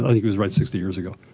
ah he was right sixty years ago.